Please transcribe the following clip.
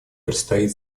предстоит